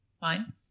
fine